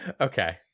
okay